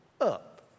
up